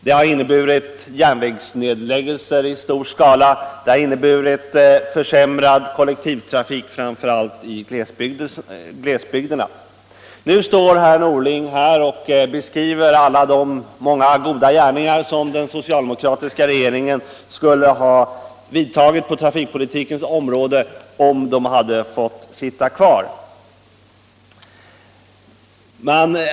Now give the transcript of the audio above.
Den har inneburit järnvägsnedläggelser i stor skala och försämrad kollektivtrafik, framför allt i glesbygderna. Nu står herr Norling här och beskriver alla de många goda gärningar som den socialdemokratiska regeringen skulle ha gjort på trafikpolitikens område om den hade fått sitta kvar.